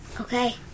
Okay